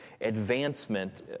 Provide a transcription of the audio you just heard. advancement